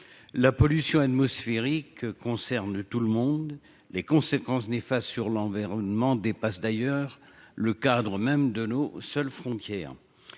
la pollution atmosphérique touche tout le monde. Les conséquences néfastes sur l'environnement dépassent d'ailleurs le cadre de nos seules frontières.